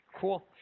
cool